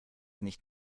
nicht